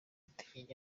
utinya